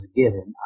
given